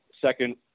second